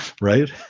right